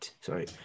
sorry